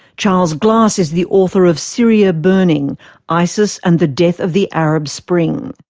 charles glass is the author of syria burning isis and the death of the arab spring.